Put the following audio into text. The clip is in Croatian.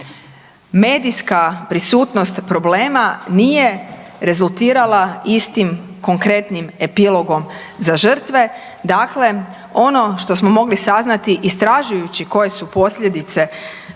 medijska prisutnost problema nije rezultirala istim, konkretnim epilogom za žrtve. Dakle, ono što smo mogli saznati istražujući koje su posljedice